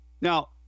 Now